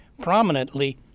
prominently